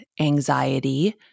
anxiety